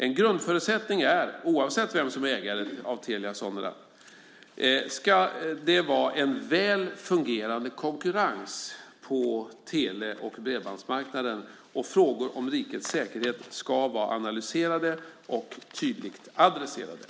En grundförutsättning är - oavsett vem som är ägare av Telia Sonera - att det ska vara en väl fungerande konkurrens på tele och bredbandsmarknaden och att frågor om rikets säkerhet ska vara analyserade och tydligt adresserade.